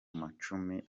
macumi